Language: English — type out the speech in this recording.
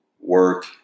work